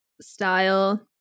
style